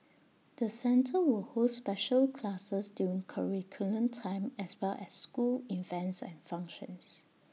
the centre will hold special classes during curriculum time as well as school events and functions